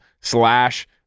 slash